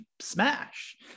smash